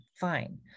fine